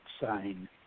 sign